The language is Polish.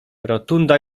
rotunda